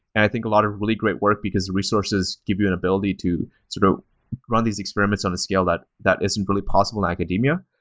i think a lot of really great work, because resources give you an ability to sort of run these experiments on a scale that that isn't really possible in academia.